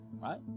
Right